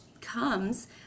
comes